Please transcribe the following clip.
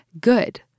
good